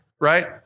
right